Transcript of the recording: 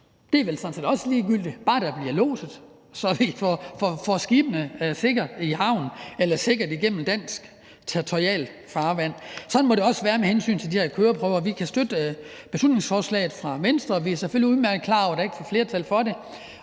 er vel sådan set også ligegyldigt – bare der bliver lodset, så vi får skibene sikkert i havn eller sikkert igennem dansk territorialfarvand. Sådan må det også være med hensyn til de her køreprøver. Vi kan støtte beslutningsforslaget fra Venstre. Vi er selvfølgelig udmærket klar over, at der ikke er flertal for det,